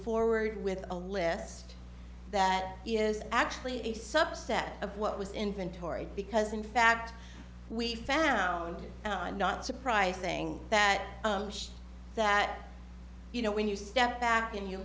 forward with a list that is actually a subset of what was inventory because in fact we found and i'm not surprised thing that that you know when you step back and you